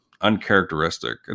uncharacteristic